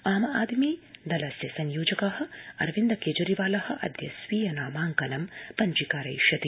आम आदमी दलस्य संयोजक अरविन्द केजरीवाल अद्य स्वीय नामांकनं पञ्जीकरिष्यते